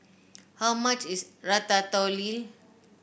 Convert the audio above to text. how much is Ratatouille